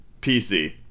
PC